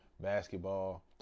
basketball